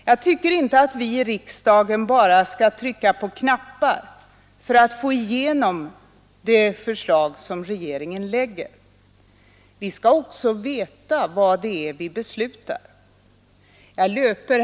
Jag tycker inte att vi i riksdagen bara skall trycka på knappar för att få igenom de förslag som regeringen framlägger; vi skall också veta vad det är vi beslutar. Herr talman!